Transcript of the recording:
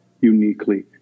uniquely